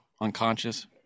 Unconscious